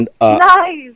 Nice